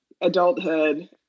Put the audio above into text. adulthood